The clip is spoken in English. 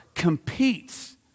competes